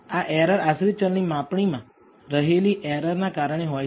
આ એરર આશ્રિત ચલની માપણીમાં રહેલી એરર ના કારણે હોય છે